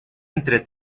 entre